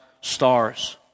stars